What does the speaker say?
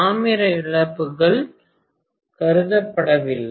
தாமிர இழப்புகள் கருதப்படவில்லை